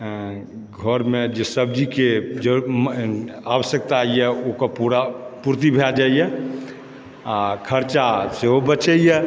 घरमे जे सब्जीके आवश्यकता यऽओ के पूरा पूर्ति भए जाइए आओर खर्चा सेहो बचैए